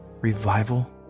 revival